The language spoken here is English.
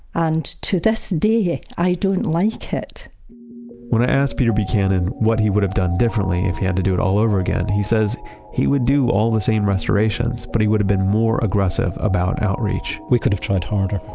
and to this day, i don't like it when i asked peter buchanan what he would have done differently if he had to do it all over again, he says he would do all the same restorations, but he would have been more aggressive about outreach we could have tried harder.